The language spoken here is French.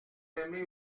aimez